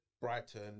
Brighton